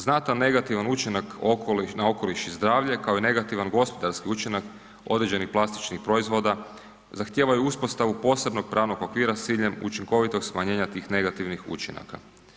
Znatan negativan učinak na okoliš i zdravlje kao i negativan gospodarski učinak određenih plastičnih proizvoda zahtijevaju uspostavu posebnog pravnog okvira s ciljem učinkovitog smanjenja tih negativnih učinaka.